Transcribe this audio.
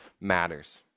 matters